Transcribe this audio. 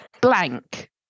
blank